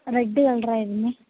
red കളറായിരുന്നു